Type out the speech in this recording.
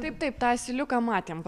taip taip tą asiliuką matėm